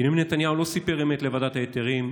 בנימין נתניהו לא סיפר אמת לוועדת ההיתרים,